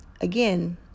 again